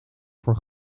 voor